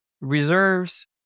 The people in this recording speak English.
reserves